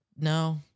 no